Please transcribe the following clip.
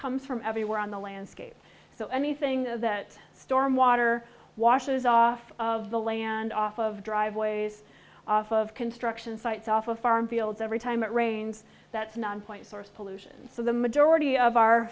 comes from everywhere on the landscape so anything that storm water washes off of the land off of driveways off of construction sites off of farm fields every time it rains that's non point source pollution so the majority of our